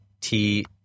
T-